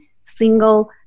single